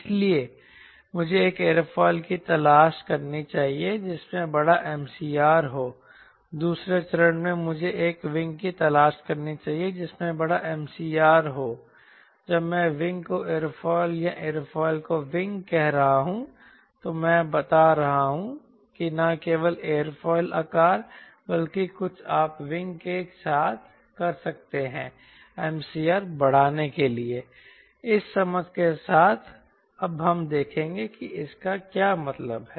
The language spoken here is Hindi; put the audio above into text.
इसलिए मुझे एक एयरोफिल की तलाश करनी चाहिए जिसमें बड़ा MCR हो दूसरे चरण में मुझे एक विंग की तलाश करनी चाहिए जिसमें बड़ा MCR हो जब मैं विंग को एयरोफिल या एयरोफिल को विंग कह रहा हूं तो मैं बता रहा हूं कि न केवल एयरफॉइल आकार बल्कि कुछ आप विंग के साथ कर सकते हैं MCR बढ़ाने के लिए इस समझ के साथ अब हम देखेंगे कि इसका क्या मतलब है